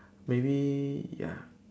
maybe ya